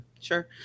Sure